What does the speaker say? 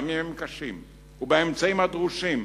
גם אם הם קשים, ובאמצעים הדרושים,